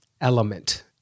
element